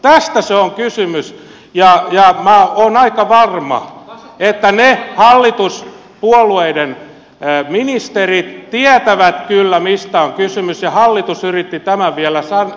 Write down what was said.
tästä on kysymys ja minä olen aika varma että ne hallituspuolueiden ministerit tietävät kyllä mistä on kysymys ja hallitus yritti tämän vielä salata